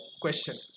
question